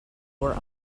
were